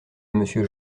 monsieur